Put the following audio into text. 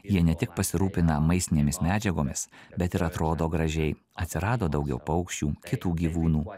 jie ne tik pasirūpina maistinėmis medžiagomis bet ir atrodo gražiai atsirado daugiau paukščių kitų gyvūnų